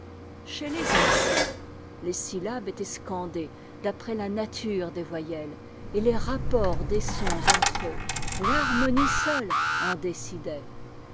chez les anciens les syllabes étaient scandées d'après la nature des voyelles et les rapports des sons entre eux l'harmonie seule en décidait